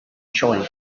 sioe